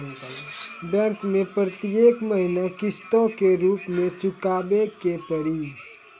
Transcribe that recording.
Bank मैं प्रेतियेक महीना किस्तो के रूप मे चुकाबै के पड़ी?